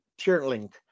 Tierlink